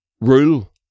rule